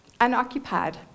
unoccupied